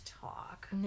talk